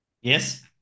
yes